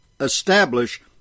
establish